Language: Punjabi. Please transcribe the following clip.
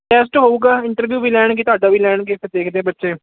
ਟੈਸਟ ਹੋਊਗਾ ਇੰਟਰਵਿਊ ਵੀ ਲੈਣਗੇ ਤੁਹਾਡਾ ਵੀ ਲੈਣਗੇ ਫਿਰ ਦੇਖਦੇ ਬੱਚੇ